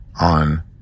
on